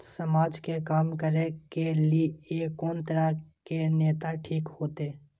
समाज के काम करें के ली ये कोन तरह के नेता ठीक होते?